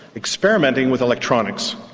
experimenting with electronics.